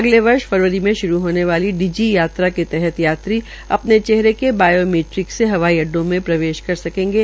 अगले वर्ष फरवरी में श्रू होने वाली डिजि यात्रा के तहत अपने चेहरे के बायोमैट्रिक से हवाई अड्डों में प्रवेश कर सकेंगे